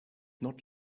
not